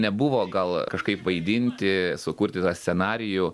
nebuvo gal kažkaip vaidinti sukurti tą scenarijų